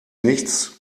nichts